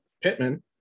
Pittman